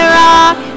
rock